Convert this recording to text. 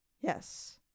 Yes